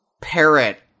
Parrot